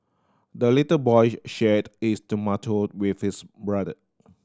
the little boy shared his tomato with his brother